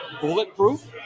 bulletproof